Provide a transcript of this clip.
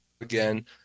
again